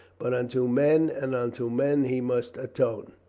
but unto men and unto men he must atone.